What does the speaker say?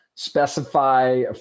specify